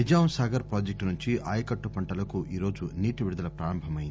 Nizam Sagar project నుంచి ఆయకట్టు పంటలకు ఈరోజు నీటి విడుదల ప్రపారంభమయ్యంది